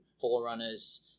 Forerunners